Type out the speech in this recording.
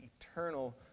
eternal